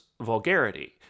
vulgarity